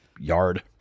yard